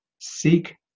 seek